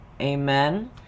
amen